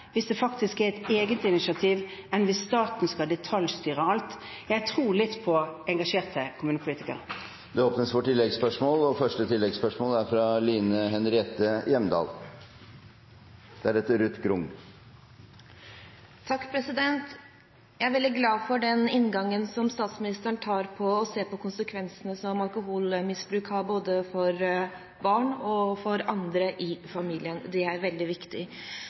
hvis det er et eget initiativ enn hvis staten skal detaljstyre alt. Jeg tror litt på engasjerte kommunepolitikere. Det blir oppfølgingsspørsmål – først Line Henriette Hjemdal. Jeg er veldig glad for den inngangen som statsministeren tar for å se på konsekvensene som alkoholmisbruk har både for barn og for andre i familien, noe som er veldig viktig.